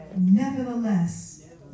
Nevertheless